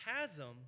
chasm